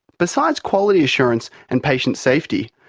besides quality assurance and patient safety,